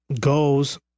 goes